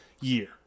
year